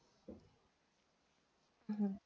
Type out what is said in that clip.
mmhmm